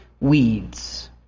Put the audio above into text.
weeds